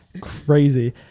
crazy